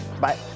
Bye